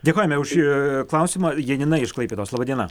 dėkojame už šį klausimą janina iš klaipėdos laba diena